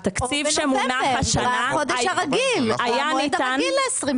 או בנובמבר, בחודש הרגיל, במועד הרגיל ל-24'.